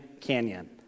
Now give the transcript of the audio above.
Canyon